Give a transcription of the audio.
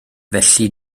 felly